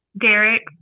Derek